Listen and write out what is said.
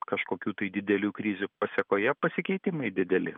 kažkokių tai didelių krizių pasekoje pasikeitimai dideli